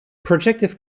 projective